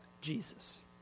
Jesus